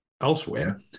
elsewhere